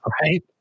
right